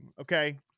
okay